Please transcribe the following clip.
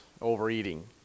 overeating